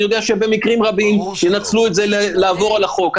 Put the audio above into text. אני יודע שבמקרים רבים ינצלו את זה לעבור על החוק,